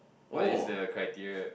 what is the criteria